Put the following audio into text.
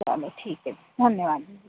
चलो ठीक है धन्यवाद दीदी